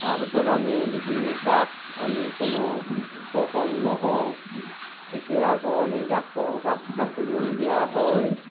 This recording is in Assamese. তাৰপাছত আমি যদি তাত আমি কোনো উপশম নহওঁ তেতিয়া আকৌ আমি ডাক্তৰো কাষ চাপিবলগীয়া হয়